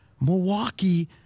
Milwaukee